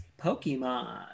Pokemon